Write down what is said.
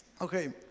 okay